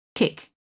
KICK